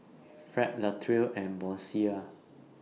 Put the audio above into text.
Fred Latrell and Boysie